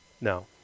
No